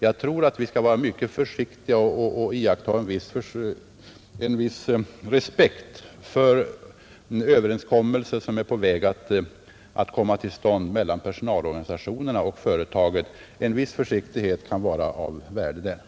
Jag tror att vi bör vara mycket försiktiga och iaktta en viss respekt för överenskommelser som är på väg att komma till stånd mellan personalorganisationerna och företaget. En viss försiktighet kan vara av värde därvidlag.